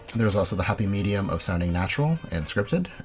there is also the happy medium of sounding natural and scripted.